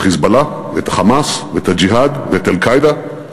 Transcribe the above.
את ה"חיזבאללה" ואת ה"חמאס" ואת "הג'יהאד" ואת "אל-קאעידה".